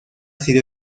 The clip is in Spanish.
sido